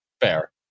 fair